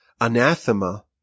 anathema